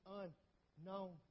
unknown